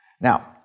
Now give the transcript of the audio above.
Now